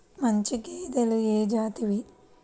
మంచి గేదెలు ఏ జాతివి?